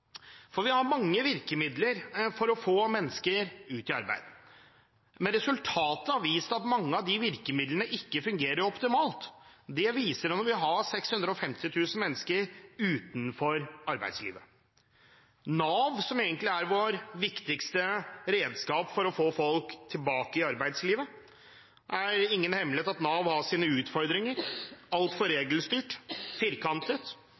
proposisjonen. Vi har mange virkemidler for å få mennesker ut i arbeid, men resultatet har vist at mange av de virkemidlene ikke fungerer optimalt – det vises ved at man har 650 000 mennesker utenfor arbeidslivet. Nav er egentlig vårt viktigste redskap for å få folk tilbake i arbeidslivet, og det er ingen hemmelighet at Nav har sine utfordringer – de er altfor regelstyrt og firkantet.